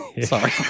Sorry